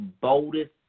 boldest